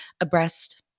abreast